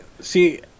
See